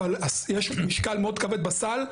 אבל יש משקל מאוד כבד בסל,